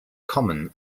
common